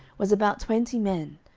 was about twenty men,